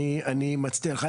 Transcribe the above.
אני מצדיע לך.